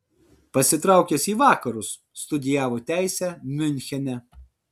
pasitraukęs į vakarus studijavo teisę miunchene